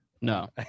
no